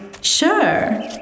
Sure